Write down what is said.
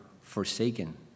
forsaken